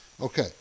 Okay